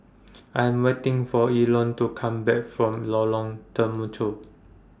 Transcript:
I Am waiting For Elon to Come Back from Lorong Temechut